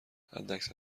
حداکثر